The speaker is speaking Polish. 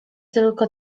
tylko